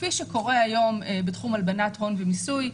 כפי שקורה היום בתחום הלבנת הון ומיסוי,